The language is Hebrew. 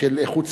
של איכות סביבה,